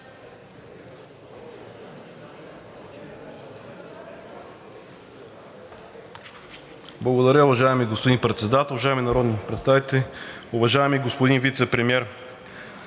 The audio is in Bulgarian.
Благодаря, уважаеми господин Председател. Уважаеми народни представители, уважаеми господин Вицепремиер!